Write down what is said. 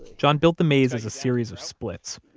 john built the maze as a series of splits.